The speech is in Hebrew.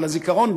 אבל הזיכרון,